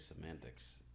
semantics